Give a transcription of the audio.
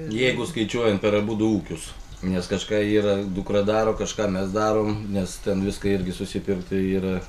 jeigu skaičiuojant per abudu ūkius nes kažką yra dukra daro kažką mes darom nes ten viską irgi susipirkt yra